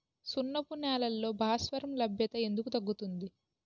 సున్నపు నేలల్లో భాస్వరం లభ్యత ఎందుకు తగ్గుతుంది?